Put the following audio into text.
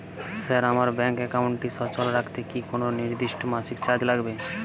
Sir আমার bank একাউন্টটি সচল রাখতে কি কোনো নির্দিষ্ট মাসিক চার্জ লাগবে?